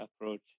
approach